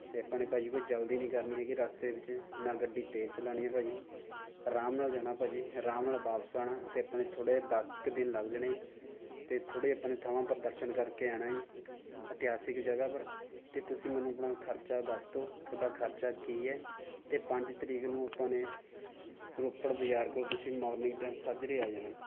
ਅਤੇ ਆਪਾਂ ਨੇ ਭਾਅ ਜੀ ਕੋਈ ਜਲਦੀ ਨਹੀਂ ਕਰਨੀ ਹੈਗੀ ਰਸਤੇ ਵਿੱਚ ਨਾ ਗੱਡੀ ਤੇਜ਼ ਚਲਾਉਣੀ ਹੈ ਭਾਅ ਜੀ ਆਰਾਮ ਨਾਲ ਜਾਣਾ ਭਾਅ ਜੀ ਆਰਾਮ ਨਾਲ ਵਾਪਿਸ ਆਉਣਾ ਅਤੇ ਆਪਾਂ ਨੇ ਥੋੜ੍ਹਾ ਜਿਹਾ ਦਸ ਕੁ ਦਿਨ ਲੱਗ ਜਾਣੇ ਅਤੇ ਥੋੜ੍ਹੇ ਜਿਹੇ ਆਪਾਂ ਥਾਵਾਂ ਪਰ ਦਰਸ਼ਨ ਕਰਕੇ ਆਉਣਾ ਹੈ ਜੀ ਇਤਿਹਾਸਿਕ ਜਗ੍ਹਾ ਪਰ ਅਤੇ ਤੁਸੀਂ ਮੈਨੂੰ ਆਪਣਾ ਖਰਚਾ ਦੱਸ ਦਿਉ ਤੁਹਾਡਾ ਖਰਚਾ ਕੀ ਹੈ ਅਤੇ ਪੰਜ ਤਰੀਕ ਨੂੰ ਆਪਾਂ ਨੇ ਰੋਪੜ ਬਜ਼ਾਰ ਕੋਲ ਤੁਸੀਂ ਮੋਰਨਿੰਗ ਟਾਈਮ ਸਾਜਰੇ ਆ ਜਾਣਾ